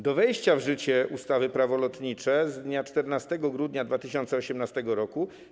Do wejścia w życie ustawy - Prawo lotnicze z dnia 14 grudnia 2018 r.